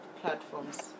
platforms